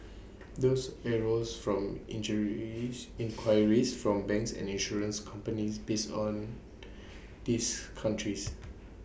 these arose from inquiries from banks and insurance companies based on these countries